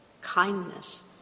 kindness